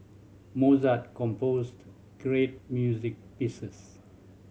Mozart composed great music pieces